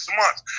months